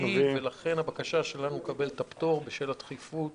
לכן הבקשה שלנו לקבל את הפטור בשל הדחיפות